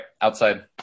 outside